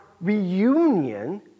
reunion